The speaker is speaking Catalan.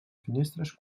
finestres